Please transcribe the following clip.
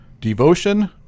Devotion